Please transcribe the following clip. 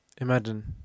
Imagine